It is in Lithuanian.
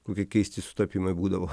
kokie keisti sutapimai būdavo